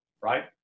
right